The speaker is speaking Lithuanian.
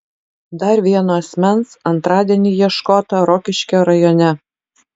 dar vieno asmens antradienį ieškota rokiškio rajone